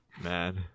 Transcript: man